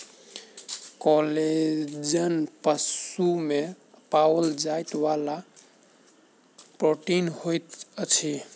collagen पशु में पाओल जाइ वाला प्रोटीन होइत अछि